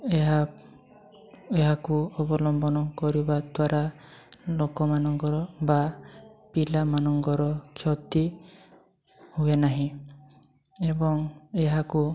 ଏହା ଏହାକୁ ଅବଲମ୍ବନ କରିବା ଦ୍ଵାରା ଲୋକମାନଙ୍କର ବା ପିଲାମାନଙ୍କର କ୍ଷତି ହୁଏ ନାହିଁ ଏବଂ ଏହାକୁ